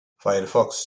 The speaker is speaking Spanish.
firefox